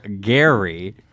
Gary